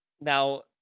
Now